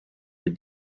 des